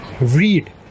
read